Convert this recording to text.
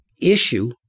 issue